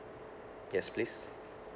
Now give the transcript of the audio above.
yes please